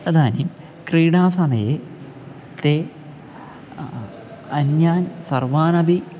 तदानीं क्रीडासमये ते अन्यान् सर्वानपि